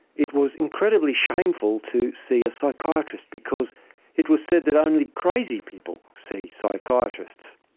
it was incredibly shameful to see a psychiatrist because it was said that only crazy people see psychiatrists.